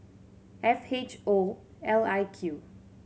F H O L I Q